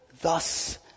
Thus